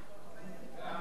ההצעה